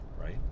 Right